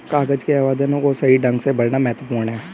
कागज के आवेदनों को सही ढंग से भरना महत्वपूर्ण है